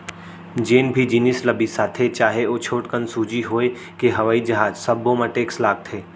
जेन भी जिनिस ल बिसाथे चाहे ओ छोटकन सूजी होए के हवई जहाज सब्बो म टेक्स लागथे